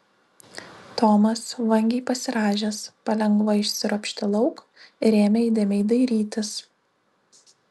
tomas vangiai pasirąžęs palengva išsiropštė lauk ir ėmė įdėmiai dairytis